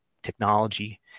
technology